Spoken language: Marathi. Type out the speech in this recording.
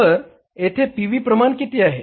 तर येथे पी व्ही प्रमाण किती आहे